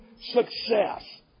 success